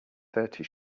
thirty